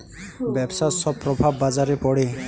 ব্যবসার সব প্রভাব বাজারে পড়ে